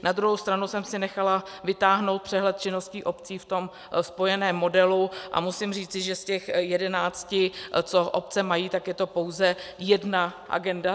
Na druhou stranu jsem si nechala vytáhnout přehled činností obcí ve spojeném modelu a musím říci, že z těch jedenácti, co obce mají, tak je to pouze jedna agenda.